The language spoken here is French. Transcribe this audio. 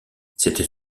c’était